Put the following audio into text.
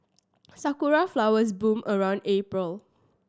sakura flowers bloom around April